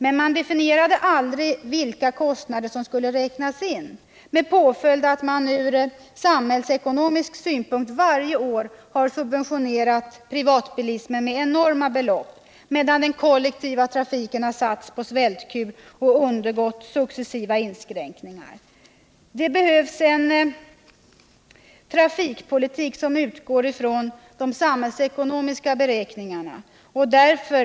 Men man definierade aldrig vilka kostnader som skulle räknas in med påföljd att man från samhällsekonomisk synpunkt varje år har subventionerat privatbilismen med enorma belopp, medan den kollektiva trafiken har satts på svältkur och undergått successiva inskränkningar.